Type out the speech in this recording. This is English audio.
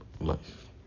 life